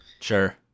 sure